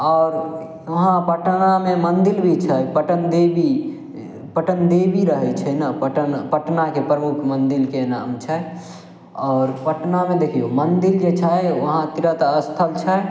आओर वहाँ पटनामे मन्दिर भी छै पटन देबी पटन देबी रहय छै ने पटन पटनाके प्रमुख मन्दिरके नाम छै आओर पटनामे देखियौ मन्दिर जे छै वहाँ तीर्थ स्थल छै